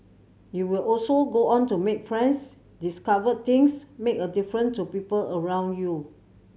you will also go on to make friends discover things make a different to people around you